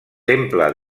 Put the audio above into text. temple